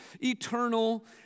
eternal